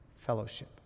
Fellowship